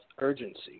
urgency